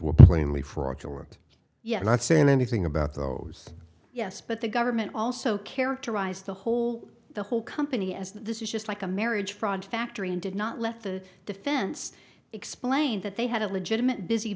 were plainly fraudulent yet not saying anything about those yes but the government also characterized the whole the whole company as this is just like a marriage fraud factory and did not let the defense explain that they had a legitimate